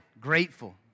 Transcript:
grateful